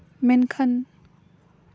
ᱢᱮᱱᱠᱷᱟᱱ